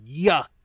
yuck